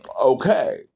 okay